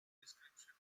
description